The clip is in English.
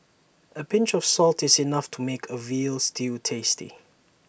A pinch of salt is enough to make A Veal Stew tasty